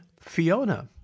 Fiona